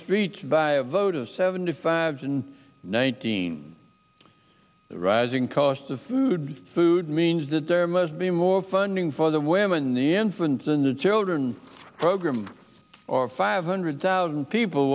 streets by a vote of seventy five's and nineteen the rising cost of food food means that there must be more funding for the women the entrance in the children program or five hundred thousand people